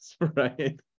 right